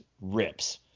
rips